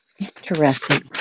Interesting